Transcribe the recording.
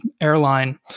airline